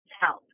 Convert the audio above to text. help